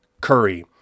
Curry